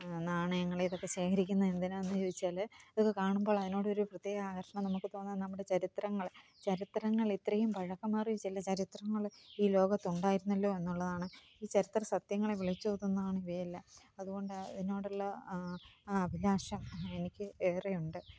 നാണയങ്ങൾ ഇതൊക്കെ ശേഖരിക്കുന്ന എന്തിനാണെന്ന് ചോദിച്ചാൽ ഇതൊക്കെ കാണുമ്പോൾ അതിനോട് ഒരു പ്രത്യേക ആകര്ഷണം നമ്മൾക്ക് തോന്നാം നമ്മുടെ ചരിത്രങ്ങൾ ചരിത്രങ്ങൾ ഇത്രയും പഴക്കമേറിയ ചില ചരിത്രങ്ങൾ ഈ ലോകത്തുണ്ടായിരുന്നല്ലോ എന്നുള്ളത് ആണ് ഈ ചരിത്ര സത്യങ്ങളെ വിളിച്ചോതുന്നത് ആണ് ഇവയെല്ലാം അത്കൊണ്ടാണ് അതിനോടുള്ള ആ അഭിലാഷം എനിക്ക് ഏറെയുണ്ട്